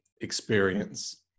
experience